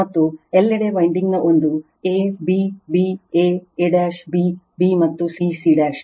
ಮತ್ತು ಎಲ್ಲೆಡೆ ವೈಂಡಿಂಗ್ ನ ಒಂದು a b b a a b b ಮತ್ತು c c